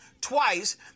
twice